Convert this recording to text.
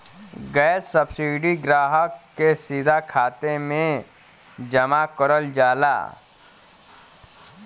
gas subsidy ग्राहक के सीधा खाते में जमा करल जाला